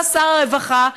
אתה שר הרווחה.